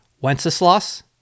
Wenceslas